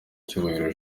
cyubahiro